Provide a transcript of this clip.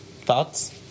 thoughts